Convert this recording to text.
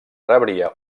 rebria